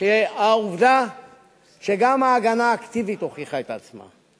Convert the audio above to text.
שהעובדה שגם ההגנה האקטיבית הוכיחה את עצמה,